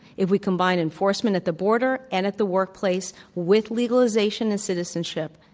if we combine enforcement at the border and at the workplace with legalization and citizenship,